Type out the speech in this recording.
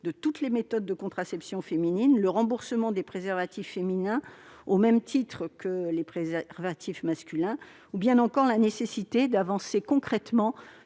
de toutes les méthodes de contraception féminine, sur le remboursement des préservatifs féminins au même titre que les préservatifs masculins, ou bien encore sur la nécessité d'avancer concrètement